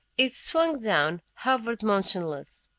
it swung down, hovered motionless.